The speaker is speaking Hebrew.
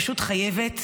פשוט חייבת,